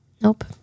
Nope